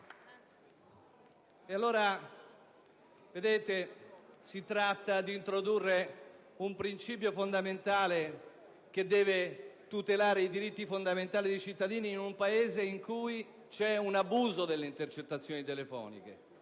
si tratta di introdurre un principio importante a tutela dei diritti fondamentali dei cittadini, in un Paese in cui c'è un abuso delle intercettazioni telefoniche.